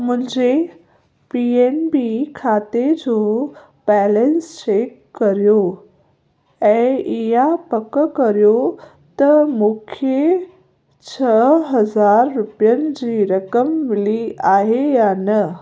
मुंहिंजे P N B खाते जो बैलेंस चेक करियो ऐं इहा पक करियो त मूंखे छह हज़ार रुपयनि जी रक़म मिली आहे या न